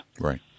Right